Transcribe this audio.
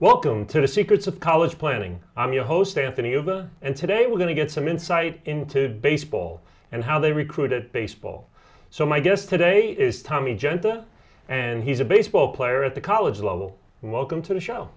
welcome to the secrets of college planning i'm your host anthony evil and today we're going to get some insight into baseball and how they recruited baseball so my guest today is tommy gentle and he's a baseball player at the college level and welcome to